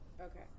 Okay